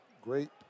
great